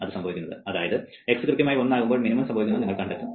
അതായത് x കൃത്യമായി 1 ആകുമ്പോൾ മിനിമം സംഭവിക്കുമെന്ന് നിങ്ങൾ കണ്ടെത്തും